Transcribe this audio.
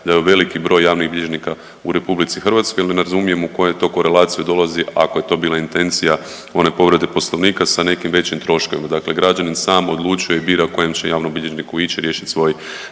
da je ovo veliki broj javnih bilježnika u RH jer ne razumijem u koju to korelaciju dolazi ako je to bila intencija one povrede poslovnika sa nekim većim troškovima, dakle građanin sam odlučuje i bira kojem će javnom bilježniku ići i riješit svoj,